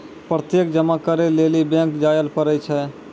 प्रत्यक्ष जमा करै लेली बैंक जायल पड़ै छै